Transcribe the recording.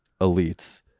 elites